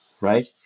right